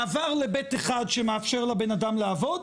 מעבר ל-ב'1 שמאפשר לבן האדם לעבוד,